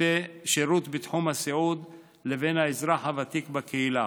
בתחום הסיעוד לבין האזרח הוותיק בקהילה.